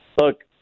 look